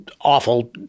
awful